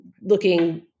looking